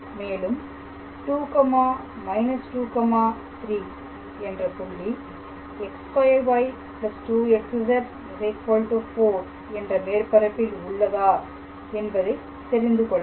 மேலும் 2−23 என்ற புள்ளி x2y 2xz 4 என்ற மேற்பரப்பில் உள்ளதா என்பதை தெரிந்து கொள்ள வேண்டும்